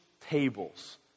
tables